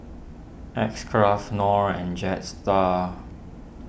X Craft Knorr and Jetstar